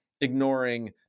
ignoring